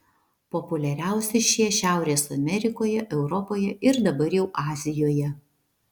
populiariausi šie šiaurės amerikoje europoje ir dabar jau azijoje